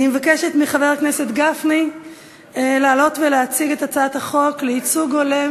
אני מבקשת מחבר הכנסת גפני לעלות ולהציג את הצעת החוק לייצוג הולם